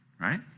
Right